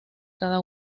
cada